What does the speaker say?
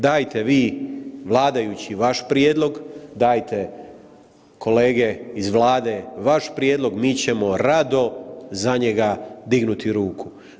Dajte vi vladajući vaš prijedlog, dajte kolege iz Vlade vaš prijedlog mi ćemo rado za njega dignuti ruku.